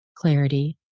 clarity